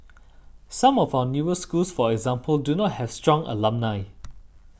some of our newer schools for example do not have strong alumni